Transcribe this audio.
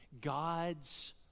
God's